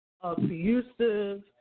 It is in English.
abusive